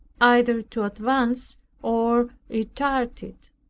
either to advance or retard it,